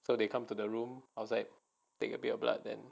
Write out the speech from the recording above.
so they come to the room outside take a bit of blood then